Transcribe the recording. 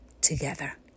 together